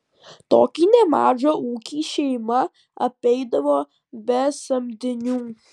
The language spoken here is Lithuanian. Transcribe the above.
tokį nemažą ūkį šeima apeidavo be samdinių